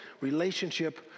relationship